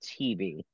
TV